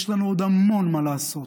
יש לנו עוד המון מה לעשות.